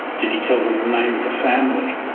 did he tell them the name of the family?